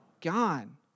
gone